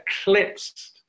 eclipsed